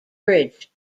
bridge